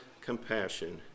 compassion